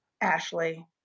Ashley